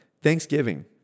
Thanksgiving